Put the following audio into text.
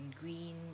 green